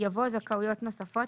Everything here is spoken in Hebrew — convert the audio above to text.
יבוא "זכאויות נוספות.".